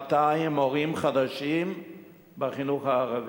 1,200 מורים חדשים בחינוך הערבי,